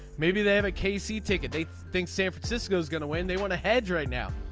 maybe they have a casey ticket they think san francisco is going to win. they want to hedge right now.